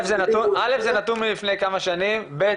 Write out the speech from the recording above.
א.זה נתון מלפני כמה שנים, ב.